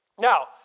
Now